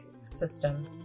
system